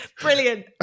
brilliant